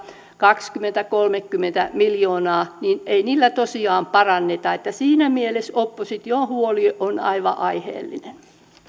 kaksikymmentä viiva kolmekymmentä miljoonaa ei tosiaan paranneta niin että siinä mielessä opposition huoli on aivan aiheellinen